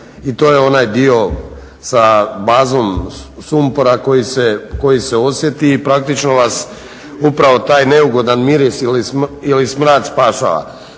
i to je onaj dio sa bazom sumpora koji se osjeti i praktično vas upravo taj neugodan miris ili smrad spašava.